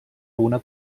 una